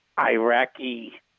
Iraqi